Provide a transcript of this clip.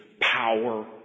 power